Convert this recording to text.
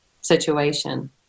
situation